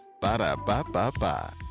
Ba-da-ba-ba-ba